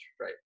right